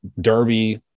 derby